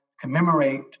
commemorate